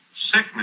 sickness